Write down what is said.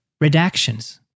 redactions